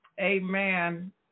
Amen